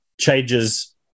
changes